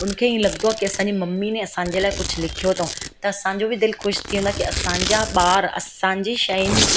उनखे ईअं लॻंदो आहे की असांजी मम्मी ने असांजे लाइ कुझु लिखियो अथऊं त असांजो बि दिलि ख़ुशि थी वेंदो आहे की असांजा ॿार असांजी शयुनि